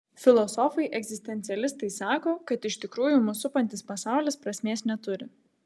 filosofai egzistencialistai sako kad iš tikrųjų mus supantis pasaulis prasmės neturi